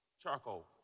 charcoal